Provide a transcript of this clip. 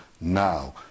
now